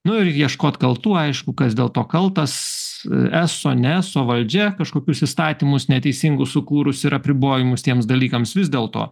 nu ir ieškot kaltų aišku kas dėl to kaltas eso ne eso valdžia kažkokius įstatymus neteisingus sukūrus ir apribojimus tiems dalykams vis dėlto